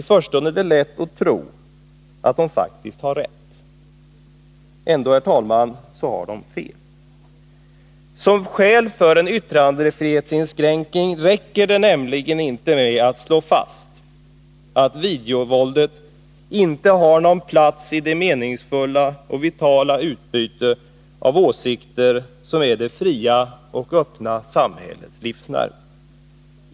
I förstone är det lätt att tro att de faktiskt har rätt. Ändå, herr talman, har de fel. Som skäl för en yttrandefrihetsinskränkning räcker det nämligen inte med att slå fast att videovåldet inte har någon plats i det meningsfulla och vitala utbyte av åsikter som är det fria och öppna samhällets livsnerv.